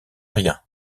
rien